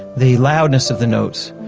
the loudness of the notes.